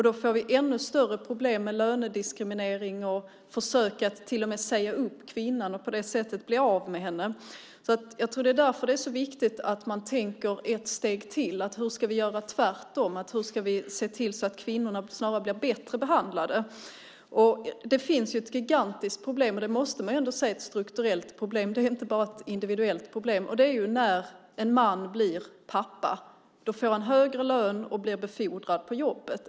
Då får man ännu större problem med lönediskriminering och försöker till och med att säga upp kvinnan och på det sättet bli av med henne. Jag tror att det därför är viktigt att man tänker ett steg till. Hur ska vi göra tvärtom? Hur ska vi se till att kvinnorna snarare blir bättre behandlade? Det finns ett gigantiskt problem. Det måste man ända säga är ett strukturellt problem. Det är inte bara ett individuellt problem. Det är när en man blir pappa. Då får han högre lön och blir befordrad på jobbet.